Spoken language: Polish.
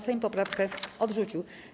Sejm poprawkę odrzucił.